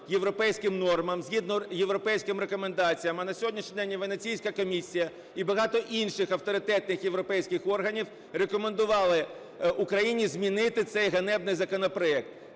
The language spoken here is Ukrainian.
згідно європейським рекомендаціям. А на сьогоднішній день і Венеційська комісія, і багато інших авторитетних європейських органів рекомендували Україні змінити цей ганебний законопроект.